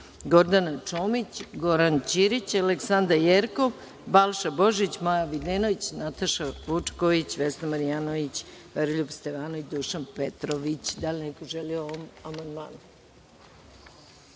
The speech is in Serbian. Gordana Čomić, Goran Ćirić, Aleksandra Jerkov, Balša Božović, Maja Videnović, Nataša Vučković, Vesna Marjanović, Veroljub Stevanović i Dušan Petrović. Da li neko želi reč?